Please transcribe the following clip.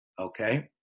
okay